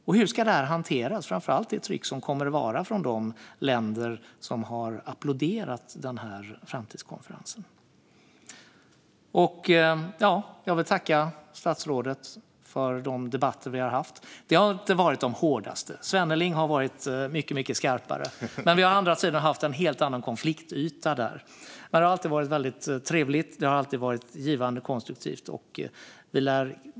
Och hur ska detta hanteras med tanke på det tryck som kommer att vara från de länder som har applåderat denna framtidskonferens? Jag vill tacka statsrådet för de debatter vi har haft, som inte varit så hårda. Svenneling har varit mycket skarpare, men där har det funnits en helt annan konfliktyta. Men det har alltid varit trevligt, givande och konstruktivt.